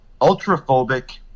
Ultraphobic